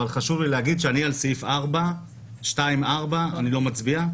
אבל חשוב לי להגיד שעל סעיף 4 אני לא מצביע.